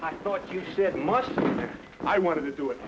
i thought you said much i wanted to do it